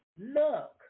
Look